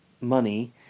money